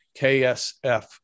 KSF